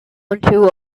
unto